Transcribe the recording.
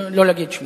לא נגיד את שמו?